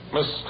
Miss